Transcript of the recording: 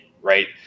right